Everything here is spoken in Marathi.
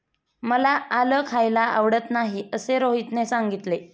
मला आलं खायला आवडत नाही असे रोहितने सांगितले